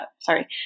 Sorry